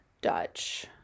Dutch